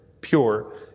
pure